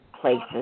places